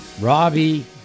Robbie